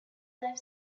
life